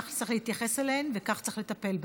כך צריך להתייחס אליהם וכך צריך לטפל בהם.